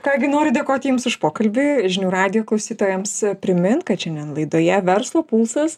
ką gi noriu dėkoti jums už pokalbį žinių radijo klausytojams primint kad šiandien laidoje verslo pulsas